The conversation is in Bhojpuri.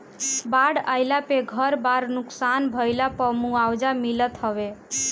बाढ़ आईला पे घर बार नुकसान भइला पअ मुआवजा मिलत हवे